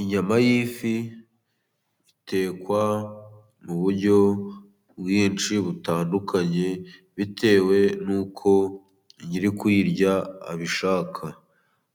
Inyama y'ifi itekwa mu buryo bwinshi butandukanye, bitewe n'uko nyiri kuyirya abishaka,